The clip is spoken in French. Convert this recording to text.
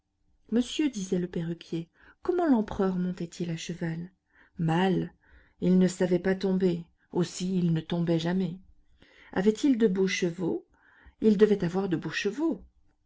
monsieur disait le perruquier comment l'empereur montait il à cheval mal il ne savait pas tomber aussi il ne tombait jamais avait-il de beaux chevaux il devait avoir de beaux chevaux